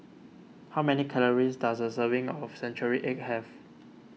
how many calories does a serving of Century Egg have